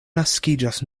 naskiĝas